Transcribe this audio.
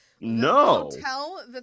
No